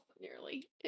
nearly